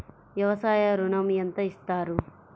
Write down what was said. వ్యవసాయ ఋణం ఎంత ఇస్తారు?